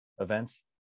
events